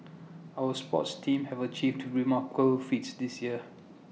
our sports teams have achieved remarkable feats this year